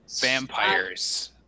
vampires